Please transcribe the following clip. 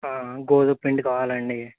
గోధుమపిండి కావాలా అండి